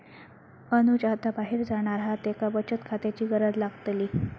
अनुज आता बाहेर जाणार हा त्येका बचत खात्याची गरज लागतली